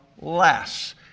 less